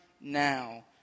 now